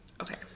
Okay